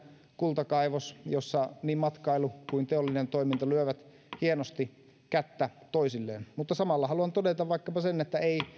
kultakaivos jossa niin matkailu kuin teollinen toiminta lyövät hienosti kättä toisilleen samalla haluan todeta sen että ei